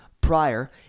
prior